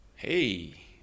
Hey